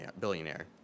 billionaire